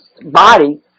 body